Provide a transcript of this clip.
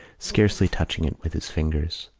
scarcely touching it with his fingers.